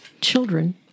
children